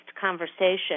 conversation